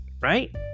right